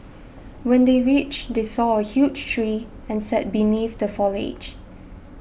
when they reached they saw a huge tree and sat beneath the foliage